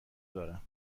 دارم